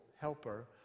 helper